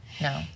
No